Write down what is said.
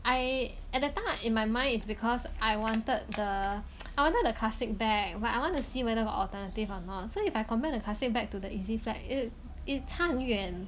I at that time in my mind is because I wanted the I wanted the classic bag but I want to see whether got alternative or not so if I compare the classic bag to the easy flap i~ 差很远